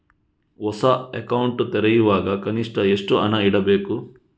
ಹೊಸ ಅಕೌಂಟ್ ತೆರೆಯುವಾಗ ಕನಿಷ್ಠ ಎಷ್ಟು ಹಣ ಇಡಬೇಕು?